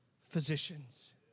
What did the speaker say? physicians